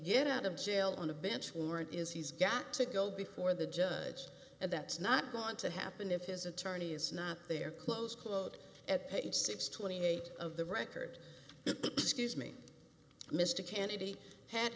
get out of jail on a bench warrant is he's got to go before the judge and that's not going to happen if his attorney is not there close quote at page six hundred and twenty eight of the record excuse me mr kennedy had